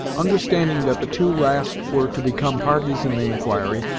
understanding that the two last were to become parties in the inquiry,